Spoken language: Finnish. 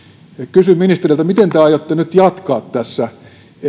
kysyn ministeriltä miten te aiotte nyt jatkaa tässä